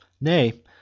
Nay